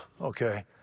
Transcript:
okay